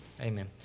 Amen